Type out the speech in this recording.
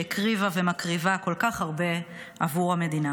שהקריבה ומקריבה כל כך הרבה עבור המדינה.